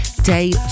day